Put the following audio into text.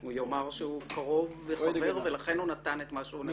הוא יאמר שהוא קרוב וחבר ולכן הוא נתן את מה שהוא נתן.